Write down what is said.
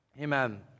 Amen